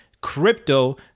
crypto